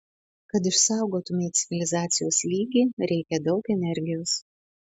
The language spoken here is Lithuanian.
kad išsaugotumei civilizacijos lygį reikia daug energijos